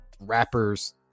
rappers